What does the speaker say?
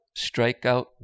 strikeout